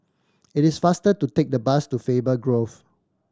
it is faster to take the bus to Faber Grove